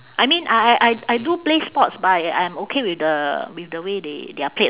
I mean I I I I do play sports but I'm okay with the with the way they they are played